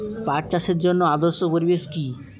পাট চাষের জন্য আদর্শ পরিবেশ কি?